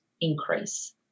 increase